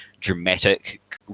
dramatic